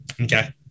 Okay